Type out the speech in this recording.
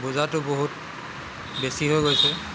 বোজাটো বহুত বেছি হৈ গৈছে